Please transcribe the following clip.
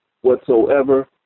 whatsoever